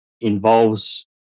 involves